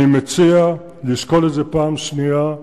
אני מציע לשקול את זה פעם שנייה,